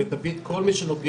ותביאי את כל מי שנוגע.